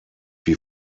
wie